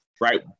Right